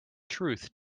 truth